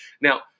Now